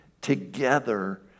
together